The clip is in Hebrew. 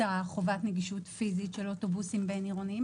חובת הנגישות הפיזית של אוטובוסים בין-עירוניים